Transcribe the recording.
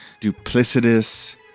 duplicitous